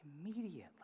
Immediately